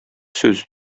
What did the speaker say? сүз